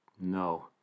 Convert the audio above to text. no